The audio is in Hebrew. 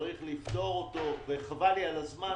צריך לפתור אותו וחבל לי על הזמן,